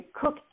cook